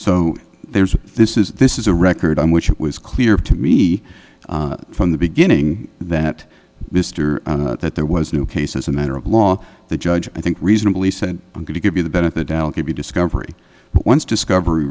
so there's this is this is a record on which it was clear to me from the beginning that mr that there was no case as a matter of law the judge i think reasonably said i'm going to give you the benefit of the discovery once discovery